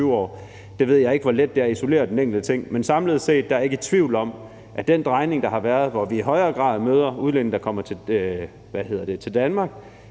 Jeg ved ikke, hvor let det er at isolere den enkelte ting, men samlet set er jeg ikke tvivl om, at den drejning, der har været, hvor vi i højere grad møder udlændinge, der kommer til Danmark